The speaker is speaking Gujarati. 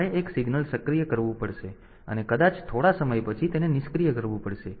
તેથી મારે એક સિગ્નલ સક્રિય કરવું પડશે અને કદાચ થોડા સમય પછી તેને નિષ્ક્રિય કરવું પડશે